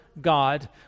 God